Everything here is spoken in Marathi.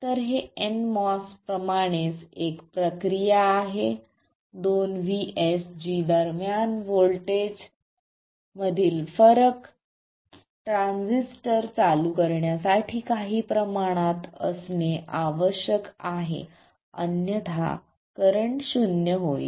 तर हे nMOS प्रमाणेच एक प्रक्रिया आहे दोन VSG दरम्यान व्होल्टेज मधील फरक ट्रान्झिस्टर चालू करण्यासाठी काही प्रमाणात असणे आवश्यक आहे अन्यथा करंट शून्य होईल